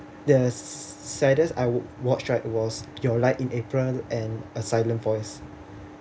the saddest I watched right was your lie in april and a silent voice